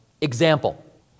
example